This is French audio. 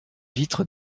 vitres